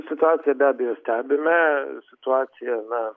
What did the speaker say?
situaciją be abejo stebime situacija na